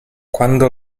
quando